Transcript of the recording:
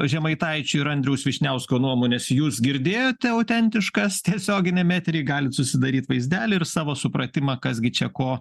žemaitaičio ir andriaus vyšniausko nuomones jūs girdėjote autentiškas tiesioginiam etery galit susidaryt vaizdelį ir savo supratimą kas gi čia ko